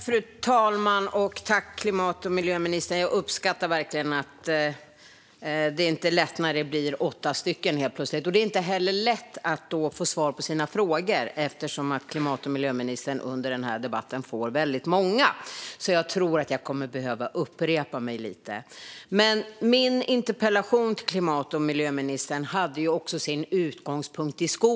Fru talman! Tack, klimat och miljöministern - jag uppskattar verkligen detta! Det är inte lätt när det blir åtta deltagare. Det är heller inte lätt att få svar när klimat och miljöministern har fått så många frågor som under den här debatten. Därför kommer jag nog att behöva upprepa mig lite. Min interpellation till klimat och miljöministern hade sin utgångspunkt i skogen.